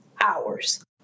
hours